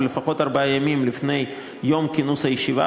ולפחות ארבעה ימים לפני יום כינוס הישיבה.